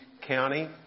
County